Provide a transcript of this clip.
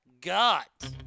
got